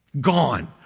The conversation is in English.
Gone